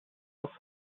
off